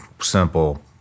simple